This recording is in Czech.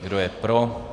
Kdo je pro?